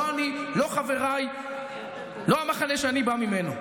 לא אני, לא חבריי, לא המחנה שאני בא ממנו.